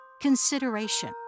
consideration